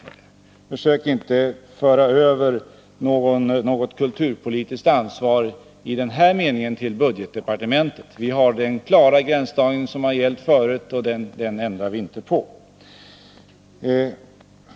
Försök inte föra över något kulturpolitiskt ansvar i den här meningen på budgetdepartementet! Vi har en klar gränsdragning, som har gällt förut, och den ändrar vi inte på.